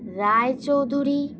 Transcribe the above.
Roychowdhury